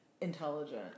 intelligent